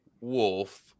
Wolf